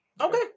Okay